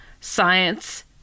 science